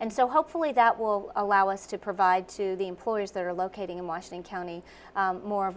and so hopefully that will allow us to provide to the employees that are locating in washing county more of a